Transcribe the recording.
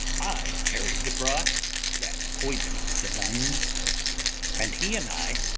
i carried the broth that poisoned the nuns and he and i,